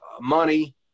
money